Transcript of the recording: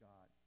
God